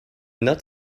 not